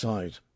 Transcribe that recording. Side